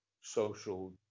social